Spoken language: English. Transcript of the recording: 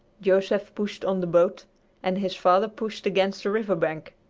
joseph pushed on the boat and his father pushed against the river-bank.